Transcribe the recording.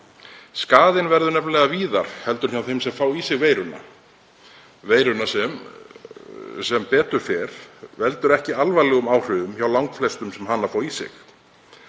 Skaðinn verður nefnilega víðar en hjá þeim sem fá í sig veiruna, veiruna sem sem betur fer veldur ekki alvarlegum áhrifum hjá langflestum sem fá hana í sig.